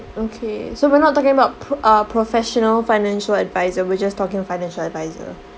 okay so we're not talking about pro~ uh professional financial advisor we're just talking financial advisor